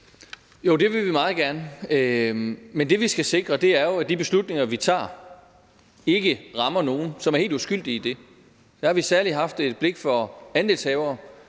Jo, det vil vi meget gerne, men det, vi skal sikre, er jo, at de beslutninger, vi tager, ikke rammer nogen, som er helt uskyldige i det. Der har vi særlig haft blik for andelshavere,